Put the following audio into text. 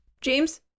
James